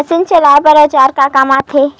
Machine चलाए बर औजार का काम आथे?